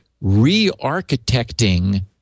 re-architecting